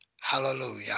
Hallelujah